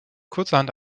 kurzerhand